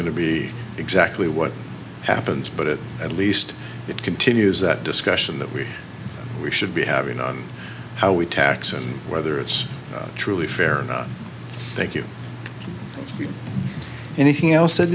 going to be exactly what happens but it at least it continues that discussion that we should be having on how we tax and whether it's truly fair thank you anything else